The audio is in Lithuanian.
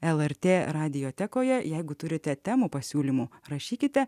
lrt radiotekoje jeigu turite temų pasiūlymų rašykite